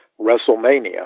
wrestlemania